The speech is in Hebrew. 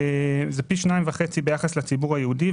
שזה פי 2.5 ביחס לציבור היהודי.